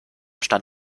stand